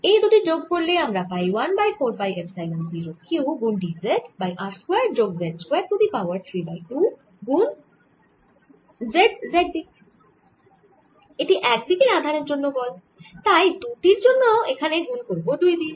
এই দুটি যোগ করলে আমরা পাই 1 বাই 4 পাই এপসাইলন 0 q গুন d z by r square যোগ z square to the power 3 by 2 গুন z গুন z দিকে এটি এক দিকের আধানের জন্য বল তাই দুটির জন্য এখানে গুন করব 2 দিয়ে